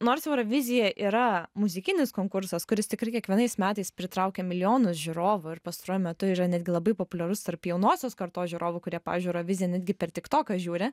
nors eurovizija yra muzikinis konkursas kuris tikrai kiekvienais metais pritraukia milijonus žiūrovų ir pastaruoju metu yra netgi labai populiarus tarp jaunosios kartos žiūrovų kurie pavyzdžiui euroviziją netgi per tik toką žiūri